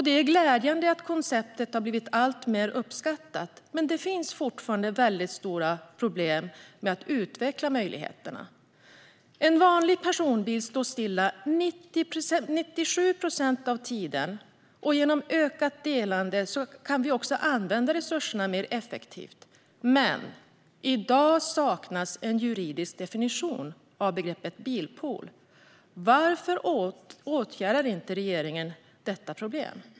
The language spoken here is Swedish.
Det är glädjande att konceptet blivit alltmer uppskattat, men det finns fortfarande stora problem med att utveckla möjligheterna. En vanlig personbil står stilla 97 procent av tiden, och genom ökat delande kan vi använda resurserna effektivt. Men i dag saknas en juridisk definition av begreppet bilpool. Varför åtgärdar regeringen inte detta problem?